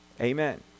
Amen